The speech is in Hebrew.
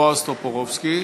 בועז טופורובסקי.